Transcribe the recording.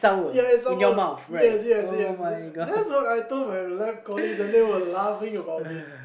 ya yes yes yes that's what I told my life colleagues and they were laughing about it